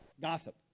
Gossip